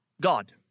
God